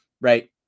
right